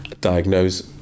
diagnose